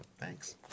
thanks